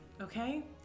Okay